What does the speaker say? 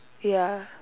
ya